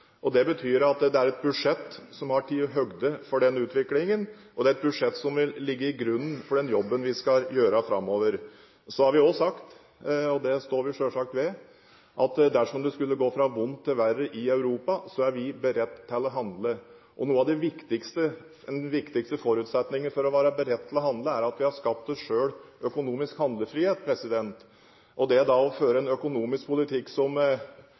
oss. Det betyr at det er et budsjett som har tatt høyde for den utviklingen, og det er et budsjett som vil ligge i bunnen for den jobben vi skal gjøre framover. Så har vi også sagt, og det står vi selvsagt ved, at dersom det skulle gå fra vondt til verre i Europa, er vi beredt til å handle. Den viktigste forutsetningen for å være beredt til å handle, er at vi har skapt oss selv økonomisk handlefrihet. Det da å føre en økonomisk politikk som